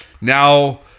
now